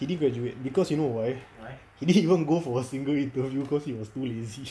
he didn't graduate because you know why he didn't even go for a single interview because he was too lazy